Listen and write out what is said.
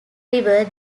river